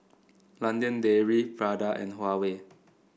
London Dairy Prada and Huawei